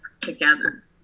together